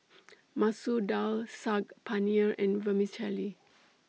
Masoor Dal Saag Paneer and Vermicelli